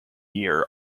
year